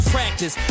practice